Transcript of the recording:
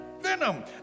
Venom